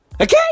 Okay